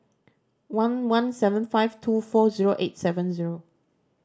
one one seven five two four zero eight seven zero